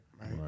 Right